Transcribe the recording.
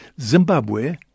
Zimbabwe